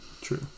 True